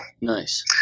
Nice